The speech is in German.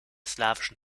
slawischen